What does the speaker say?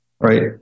right